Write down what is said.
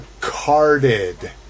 carded